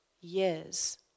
years